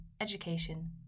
education